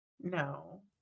No